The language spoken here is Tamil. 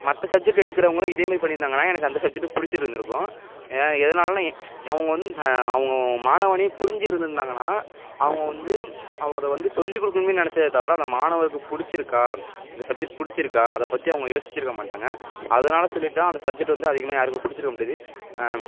மற்ற சப்ஜெக்ட் எடுக்கறவங்களும் இதேமாரி பண்ணி இருந்தாங்கன்னா எனக்கு அந்த சப்ஜெக்ட்டும் பிடிச்சி இருந்து இருக்கும் ஆ எதனாலன்னா ஏ அவங்க வந்து தான் அவங்க மாணவனையும் புரிஞ்சி இருந்து இருந்தாங்கன்னா அவங்க வந்து அவ அதை வந்து சொல்லிக் கொடுக்குணுமேன் நினச்சதே தவிர அந்த மாணவருக்கு பிடிச்சிருக்கா இந்த சப்ஜெக்ட் பிடிச்சிருக்கா அதை பற்றி அவங்க யோசிச்சிருக்க மாட்டாங்க அதனால சொல்லிட்டு தான் அந்த சப்ஜெக்ட் வந்து அதிகமாக யாருக்கும் பிடிச்சிருக்க மாட்டுது